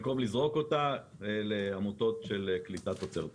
במקום לזרוק אותה, לעמותות של קליטת תוצרת עודפת.